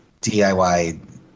DIY